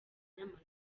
nyamata